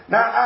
Now